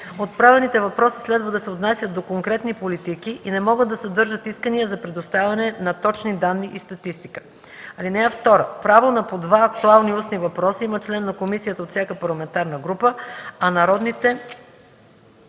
Отправените въпроси следва да се отнасят до конкретни политики и не могат да съдържат искания за предоставяне на точни данни и статистика. (2) Право на по два актуални устни въпроса има член на комисията от всяка парламентарна група, а народните